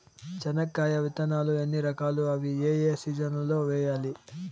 చెనక్కాయ విత్తనాలు ఎన్ని రకాలు? అవి ఏ ఏ సీజన్లలో వేయాలి?